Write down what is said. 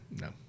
no